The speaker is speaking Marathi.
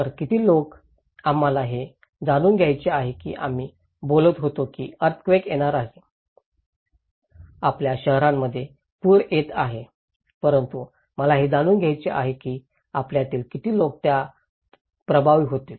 तर किती लोक आम्हाला हे जाणून घ्यायचे आहे की आम्ही बोलत होतो की अर्थक्वेक येणार आहे आपल्या शहरांमध्ये पूर येत आहे परंतु मला हे जाणून घ्यायचे आहे की आपल्यातील किती लोक त्या प्रभावित होतील